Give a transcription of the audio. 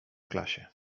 klasie